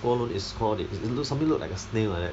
涡轮 is 涡 it's something that looks like snail like that